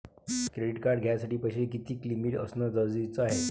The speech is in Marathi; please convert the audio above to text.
क्रेडिट कार्ड घ्यासाठी पैशाची कितीक लिमिट असनं जरुरीच हाय?